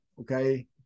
Okay